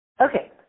Okay